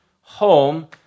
home